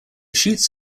shoots